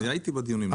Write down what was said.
אני הייתי בדיונים.